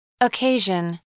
Occasion